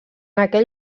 aquell